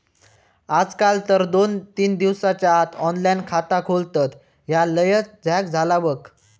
आजकाल तर दोन तीन दिसाच्या आत ऑनलाइन खाता खोलतत, ह्या लयच झ्याक झाला बघ